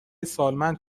سالمند